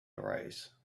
arise